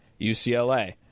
UCLA